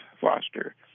Foster